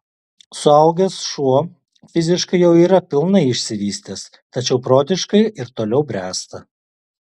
suaugęs šuo fiziškai jau yra pilnai išsivystęs tačiau protiškai ir toliau bręsta